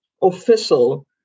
official